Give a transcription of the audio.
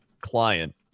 client